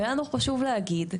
ולנו חשוב להגיד: